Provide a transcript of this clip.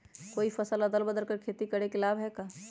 कोई फसल अदल बदल कर के खेती करे से लाभ है का?